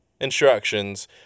instructions